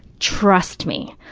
trust me,